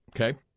Okay